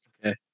Okay